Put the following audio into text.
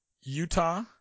Utah